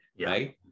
right